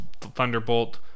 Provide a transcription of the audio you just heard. Thunderbolt